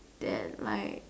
than like